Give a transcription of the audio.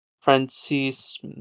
Francis